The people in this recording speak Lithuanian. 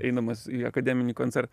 eidamas į akademinį koncertą